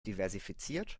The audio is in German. diversifiziert